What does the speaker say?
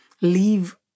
leave